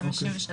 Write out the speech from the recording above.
53,